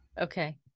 Okay